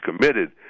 committed